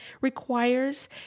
requires